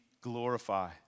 glorify